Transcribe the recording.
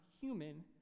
human